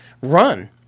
run